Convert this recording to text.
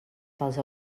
pels